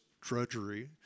drudgery